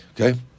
Okay